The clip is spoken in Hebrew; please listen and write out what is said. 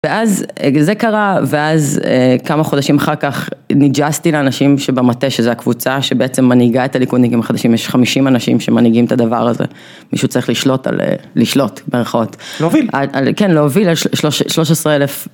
ואז זה קרה, ואז כמה חודשים אחר כך ניג'סתי לאנשים שבמטה שזה הקבוצה שבעצם מנהיגה את הליכודניקים החדשים, יש חמישים אנשים שמנהיגים את הדבר הזה, מישהו צריך "לשלוט" במרכאות. להוביל. כן, להוביל, יש שלוש עשרה אלף